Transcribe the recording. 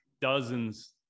dozens